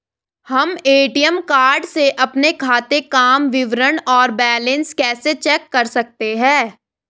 हम ATM card से अपने खाते काम विवरण और बैलेंस कैसे चेक कर सकते हैं?